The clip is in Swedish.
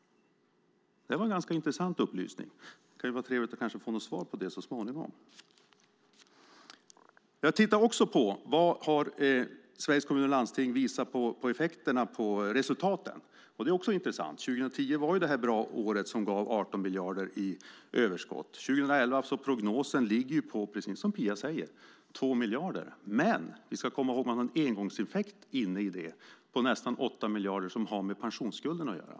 Det var en ganska intressant upplysning. Det kan vara trevligt att få ett svar om det så småningom. Jag tittar också på vilka effekter på resultaten Sveriges Kommuner och Landsting visar. Det är också intressant. År 2010 var ett bra år som gav 18 miljarder i överskott. För år 2011 ligger prognosen, precis som Pia säger, på 2 miljarder. Men vi ska komma ihåg att det finns en engångseffekt inne i det på nästan 8 miljarder som har med pensionsskulderna att göra.